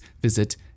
visit